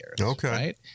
Okay